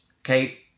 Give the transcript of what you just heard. Okay